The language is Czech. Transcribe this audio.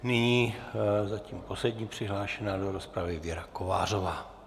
Nyní jako poslední přihlášená do rozpravy Věra Kovářová.